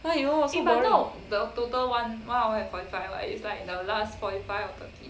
!aiyo! so boring